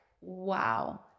wow